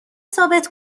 ثابت